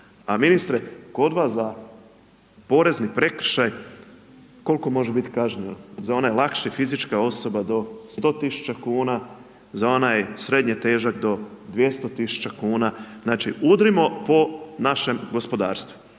A ministre, kod vas za porezni prekršaj, koliko može biti kažnjeno, za one lakše, fizička osoba do 100 tisuća kuna, za onaj srednje težak do 200 tisuća kuna. Znači udrimo po našem gospodarstvu.